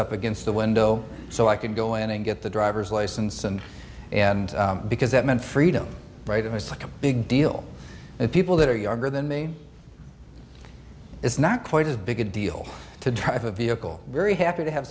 up against the window so i could go in and get the driver's license and and because that meant freedom right it was such a big deal and people that are younger than me it's not quite as big a deal to drive a vehicle very happy to have